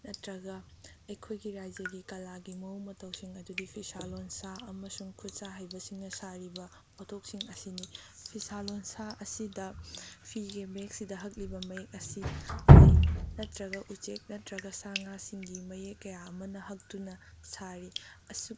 ꯅꯠꯇꯔꯒ ꯑꯩꯈꯣꯏꯒꯤ ꯔꯥꯖ꯭ꯌꯒꯤ ꯀꯂꯥꯒꯤ ꯃꯑꯣꯡ ꯃꯇꯧꯁꯤꯡ ꯑꯗꯨꯗꯤ ꯐꯤꯁꯥ ꯂꯣꯟꯁꯥ ꯑꯃꯁꯨꯡ ꯈꯨꯠꯁꯥ ꯍꯩꯕꯁꯤꯡꯅ ꯁꯥꯔꯤꯕ ꯄꯣꯠꯊꯣꯛꯁꯤꯡ ꯑꯁꯤꯅꯤ ꯐꯤꯁꯥ ꯂꯣꯟꯁꯥ ꯑꯁꯤꯗ ꯐꯤꯒꯤ ꯃꯌꯦꯛꯁꯤꯡꯗ ꯍꯛꯂꯤꯕ ꯃꯌꯦꯛ ꯑꯁꯤ ꯂꯩ ꯅꯠꯇꯔꯒ ꯎꯆꯦꯛ ꯅꯠꯇꯔꯒ ꯁꯥ ꯉꯥꯁꯤꯡꯒꯤ ꯃꯌꯦꯛ ꯀꯌꯥ ꯑꯃꯅ ꯍꯛꯇꯨꯅ ꯁꯥꯔꯤ